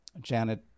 Janet